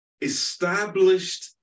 established